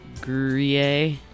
Gruyere